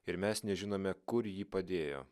ir mes nežinome kur jį padėjo